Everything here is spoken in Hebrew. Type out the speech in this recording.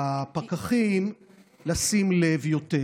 ההוראות לפקחים לשים לב יותר.